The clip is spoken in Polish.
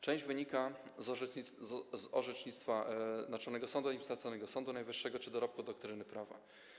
Część wynika z orzecznictwa Naczelnego Sądu Administracyjnego, Sądu Najwyższego czy dorobku doktryny prawa.